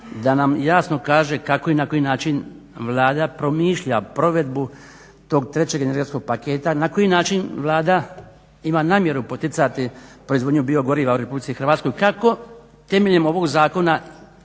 da nam jasno kaže kako i na koji način promišlja provedbu tog trećeg energetskog paketa, na koji način Vlada ima namjeru poticati proizvodnju biogoriva u RH, kako temeljem zakona